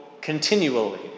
continually